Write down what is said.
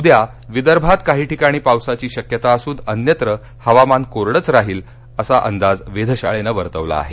उद्या विदर्भात काही ठिकाणी पावसाची शक्यता असून अन्यत्र हवामान कोरडच राहील असा अंदाज वेधशाळेनं वर्तवला आहे